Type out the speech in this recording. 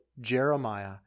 Jeremiah